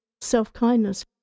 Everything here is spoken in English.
self-kindness